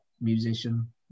musician